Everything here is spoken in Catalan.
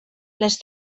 les